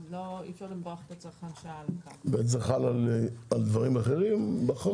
זה חל על דברים אחרים בחוק?